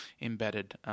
embedded